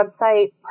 website